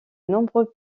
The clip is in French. nombreux